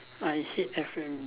I hate F&B